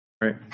Right